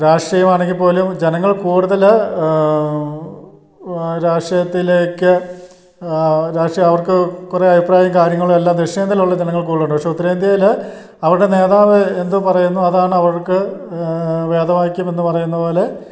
രാഷ്ട്രീയമാണെങ്കിൽപ്പോലും ജനങ്ങൾ കൂടുതൽ രാഷ്ട്രീയത്തിലേക്ക് രാഷ്ട്രീയം അവർക്ക് കുറേ അഭിപ്രായവും കാര്യങ്ങളും എല്ലാം ദക്ഷിണേന്ത്യയിലുള്ള ജനങ്ങൾ കൂടുതലുണ്ട് പക്ഷേ ഉത്തരേന്ത്യയിൽ അവരുടെ നേതാവ് എന്തു പറയുന്നുവോ അതാണവർക്ക് വേദവാക്ക്യമെന്നു പറയുന്നതുപോലെ